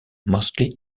mostly